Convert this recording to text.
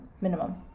minimum